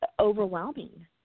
overwhelming